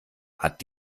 hat